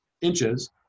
inches